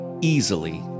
easily